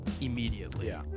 immediately